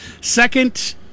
Second